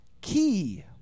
key